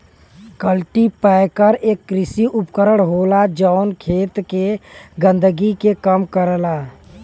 cultipacker एक कृषि उपकरण होला जौन खेत के गंदगी के कम करला